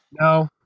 No